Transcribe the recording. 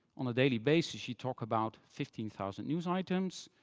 on a daily basis, you talk about fifteen thousand news items,